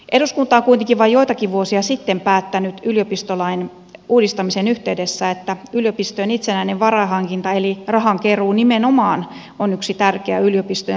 eduskunta on kuitenkin vain joitakin vuosia sitten päättänyt yliopistolain uudistamisen yhteydessä että yliopistojen itsenäinen varainhankinta eli rahankeruu nimenomaan on yksi tärkeä yliopistojen rahoituksen muoto